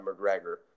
McGregor